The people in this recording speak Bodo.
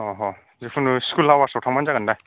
अ ह जिखुनु स्कुल आवार्सआव थांबानो जागोनदा